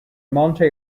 monte